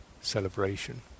celebration